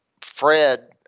Fred